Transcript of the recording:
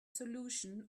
solution